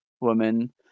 woman